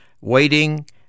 waiting